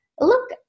look